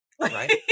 Right